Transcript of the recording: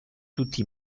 tutti